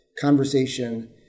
conversation